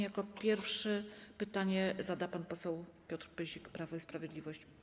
Jako pierwszy pytanie zada pan poseł Piotr Pyzik, Prawo i Sprawiedliwość.